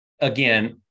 again